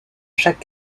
chaque